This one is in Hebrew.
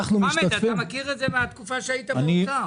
חמד, אתה מכיר את זה מהתקופה שהיית באוצר.